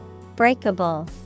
Breakable